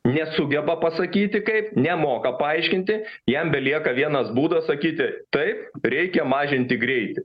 nesugeba pasakyti kaip nemoka paaiškinti jam belieka vienas būdas sakyti taip reikia mažinti greitį